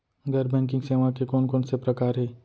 गैर बैंकिंग सेवा के कोन कोन से प्रकार हे?